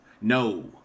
No